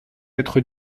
être